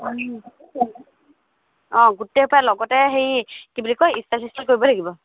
অঁ গোটেই সোপাই লগতে হেৰি কি বুলি কয় ষ্টাইল চিচটাইল কৰিব লাগিব